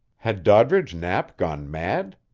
had doddridge knapp gone mad?